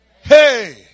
Hey